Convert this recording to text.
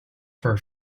for